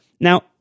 Now